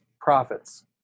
profits